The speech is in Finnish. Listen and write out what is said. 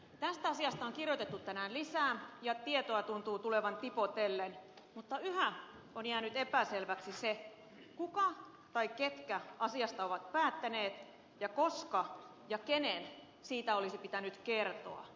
tästä asiasta on kirjoitettu tänään lisää ja tietoa tuntuu tulevan tipotellen mutta yhä on jäänyt epäselväksi se kuka tai ketkä asiasta ovat päättäneet ja koska ja kenen siitä olisi pitänyt kertoa